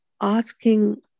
asking